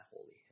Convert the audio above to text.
holy